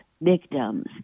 victims